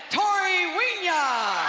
tori wynja.